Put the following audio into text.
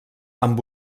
amb